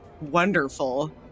wonderful